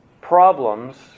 problems